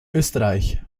österreich